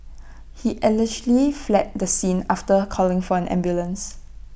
he allegedly fled the scene after calling for an ambulance